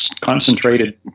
concentrated